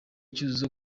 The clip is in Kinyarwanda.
cyuzuzo